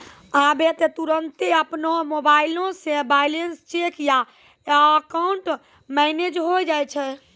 आबै त तुरन्ते अपनो मोबाइलो से बैलेंस चेक या अकाउंट मैनेज होय जाय छै